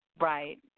Right